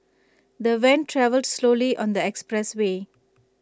the van travelled slowly on the expressway